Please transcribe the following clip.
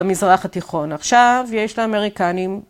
במזרח התיכון עכשיו יש לאמריקנים.